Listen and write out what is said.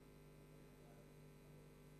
אדוני.